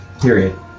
period